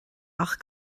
ach